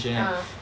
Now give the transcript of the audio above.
ah